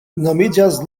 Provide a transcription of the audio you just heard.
nomiĝas